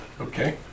Okay